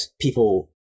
people –